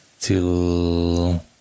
till